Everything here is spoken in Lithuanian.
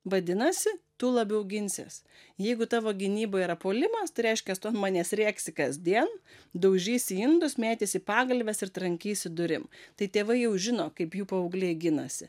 vadinasi tu labiau ginsies jeigu tavo gynyba yra puolimas tai reiškia tu ant manęs rėksi kasdien daužysi indus mėtysi pagalves ir trankysi durim tai tėvai jau žino kaip jų paaugliai ginasi